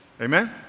Amen